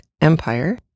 Empire